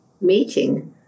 meeting